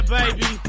baby